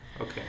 Okay